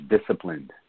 disciplined